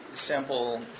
simple